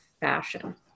fashion